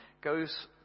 goes